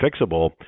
fixable